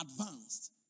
advanced